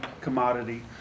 commodity